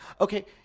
Okay